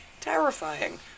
Terrifying